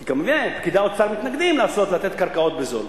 כי פקידי האוצר מתנגדים למתן קרקעות בזול.